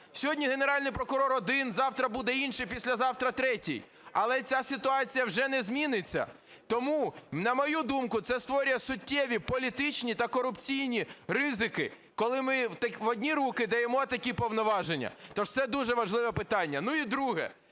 Сьогодні Генеральний прокурор один, завтра буде інший, післязавтра – третій. Але ця ситуація вже не зміниться. Тому, на мою думку, це створює суттєві політичні та корупційні ризики, коли ми в одні руки даємо такі повноваження. То ж це дуже важливе питання. Ну, і друге.